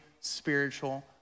spiritual